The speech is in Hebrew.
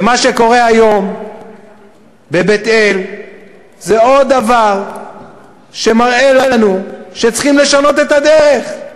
ומה שקורה היום בבית-אל זה עוד דבר שמראה לנו שצריך לשנות את הדרך.